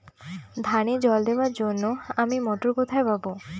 ধানে জল দেবার জন্য আমি মটর কোথায় পাবো?